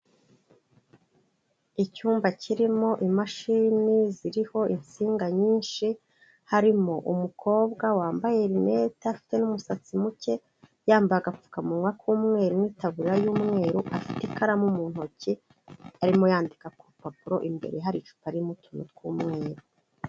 Icyumba kirimo imashini ziriho insinga nyinshi harimo umukobwa wambaye lunette afite n'umusatsi muke yambaye agapfukamunwa k'umweru n'itaburiya y'umweru afite ikaramu mu ntoki arimo yandika ku rupapuro imbere hari icupa ririmo utuntu tw'umweru.